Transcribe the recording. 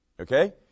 Okay